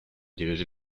diriger